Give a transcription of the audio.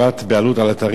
במדינת ישראל,